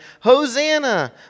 Hosanna